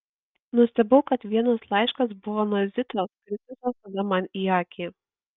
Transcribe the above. nustebau kad vienas laiškas buvo nuo zitos kritusios tada man į akį